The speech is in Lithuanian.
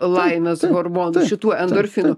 laimės hormonu šitų endorfinų